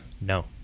no